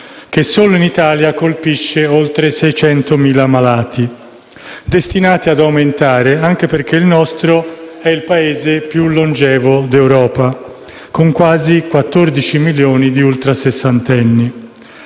che sono in Italia colpisce oltre 600.000 malati, destinati ad aumentare, anche perché il nostro è il Paese più longevo d'Europa, con quasi 14 milioni di ultrasessantenni.